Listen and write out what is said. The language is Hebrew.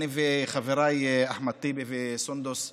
אני וחבריי אחמד טיבי וסונדוס סאלח,